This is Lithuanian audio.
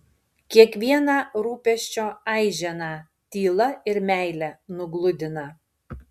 kiekvieną rūpesčio aiženą tyla ir meile nugludina